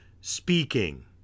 speaking